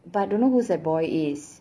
but don't know who's that boy is